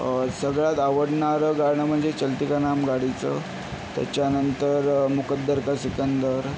सगळ्यात आवडणारं गाणं म्हणजे चलती का नाम गाडीचं त्याच्यानंतर मुकद्दर का सिकंदर